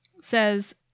says